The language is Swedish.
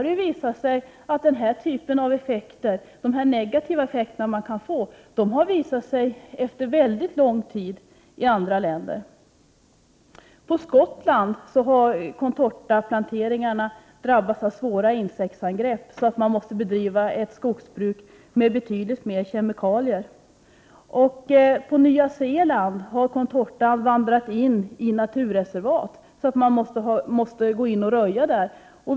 De negativa konsekvenserna har i andra länder visat sig efter väldigt lång tid. I Skottland har contortaplanteringarna drabbats av svåra insektsangrepp, så att man måste bedriva ett skogsbruk med betydligt mer kemikalier. På Nya Zeeland har contortan vandrat in i naturreservat, så att man måste röja där.